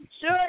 Sure